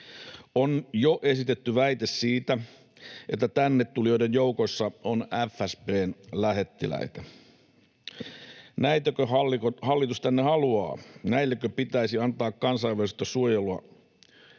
On jo esitetty väite siitä, että tänne tulijoiden joukossa on FSB:n lähettiläitä. Näitäkö hallitus tänne haluaa? Näillekö pitäisi antaa kansainvälistä suojelua,